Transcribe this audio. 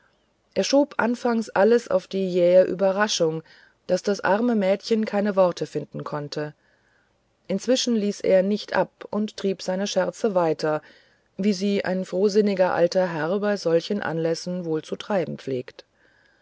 er schob anfangs alles auf die jähe überraschung daß das arme mädchen keine worte finden konnte inzwischen ließ er nicht ab und trieb seine scherze weiter wie sie ein frohsinniger alter herr bei solchen anlässen wohl zu treiben pflegt